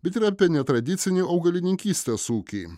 bet ir apie netradicinį augalininkystės ūkį